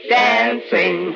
dancing